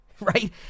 right